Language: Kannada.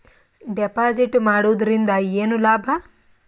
ಡೆಪಾಜಿಟ್ ಮಾಡುದರಿಂದ ಏನು ಲಾಭ?